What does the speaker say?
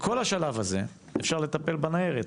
בכל השלב הזה אפשר לטפל בניירת.